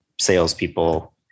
salespeople